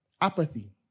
Apathy